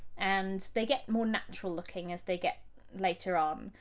and they get more natural-looking as they get later um